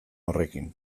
horrekin